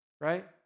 right